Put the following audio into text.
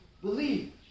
believe